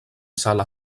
sala